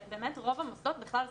שבאמת רוב המוסדות בכלל סגורים.